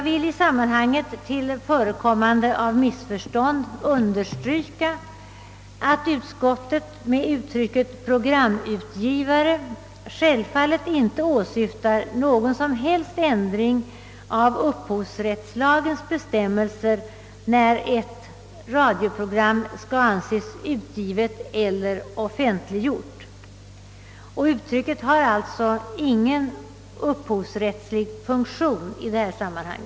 Till förekommande av missförstånd vill jag i sammanhanget understryka, att utskottet med uttrycket programutgivare självfallet inte åsyftar någon som helst ändring av upphovsrättslagens bestämmelser när ett radioprogram skall anses utgivet eller offentliggjort, och uttrycket har alltså ingen upphovsrättslig funktion i detta sammanhang.